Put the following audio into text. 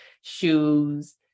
shoes